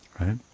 Right